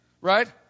Right